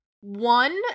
one